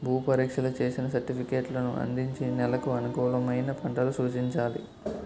భూ పరీక్షలు చేసిన సర్టిఫికేట్లను అందించి నెలకు అనుకూలమైన పంటలు సూచించాలి